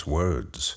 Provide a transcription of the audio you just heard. words